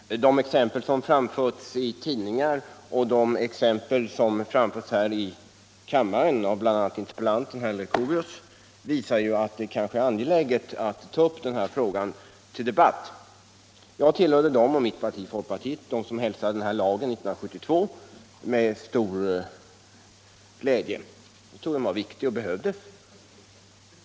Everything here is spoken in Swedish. Herr talman! De exempel som anförts i tidningar och de exempel som anförts här i kammaren av bl.a. interpellanten, herr Leuchovius, visar att det kanske är angeläget att ta upp den här frågan till debatt. Jag och mitt parti, folkpartiet, hörde till dem som 1972 hälsade den kommunala renhållningslagen med stor glädje. Vi ansåg att den var viktig och behövdes.